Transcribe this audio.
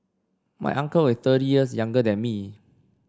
my uncle is thirty years younger than me